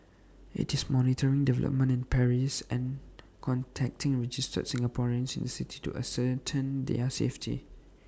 IT is monitoring developments in Paris and contacting registered Singaporeans in the city to ascertain their safety